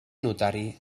notari